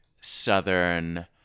Southern